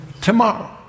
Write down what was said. tomorrow